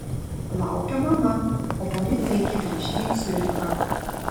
laukia mama o poryt reikia grįžti į ciurichą